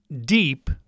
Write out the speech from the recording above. Deep